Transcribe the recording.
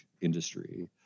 industry